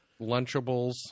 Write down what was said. lunchables